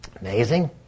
Amazing